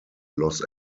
los